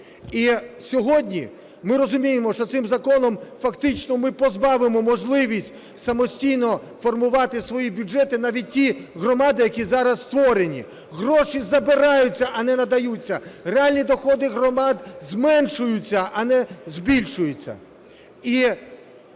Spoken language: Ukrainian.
І сьогодні ми розуміємо, що цим законом фактично ми позбавимо можливості самостійно формувати свої бюджети навіть ті громади, які зараз створені. Гроші забираються, а не надаються, реальні доходи громад зменшуються, а не збільшуються.